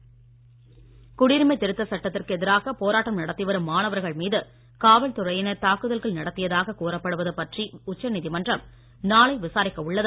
குடியுரிமை சட்டம் குடியுரிமை திருத்த சட்டத்திற்கு எதிராக போராட்டம் நடத்தி வரும் மாணவர்கள் மீது காவல் துறையினர் தாக்குதல்கள் நடத்தியதாக கூறப்படுவது பற்றி உச்சநீதிமன்றம் நாளை விசாரிக்க உள்ளது